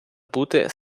бути